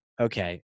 okay